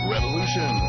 Revolution